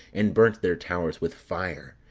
and burnt their towers with fire,